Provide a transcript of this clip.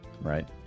Right